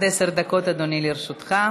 עד עשר דקות, אדוני, לרשותך.